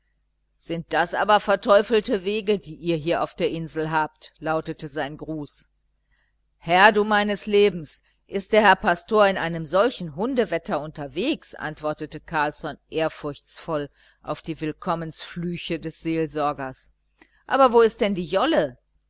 sind das aber verteufelte wege die ihr hier auf der insel habt lautete sein gruß herr du meines lebens ist der herr pastor in einem solchen hundewetter unterwegs antwortete carlsson ehrfurchtsvoll auf die willkommensflüche des seelsorgers aber wo ist denn die jolle